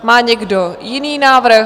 Má někdo jiný návrh?